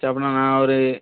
சரி அப்படினா நான் ஒரு